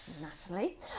Natalie